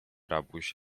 rabuś